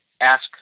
ask